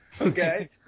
okay